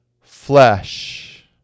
flesh